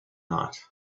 night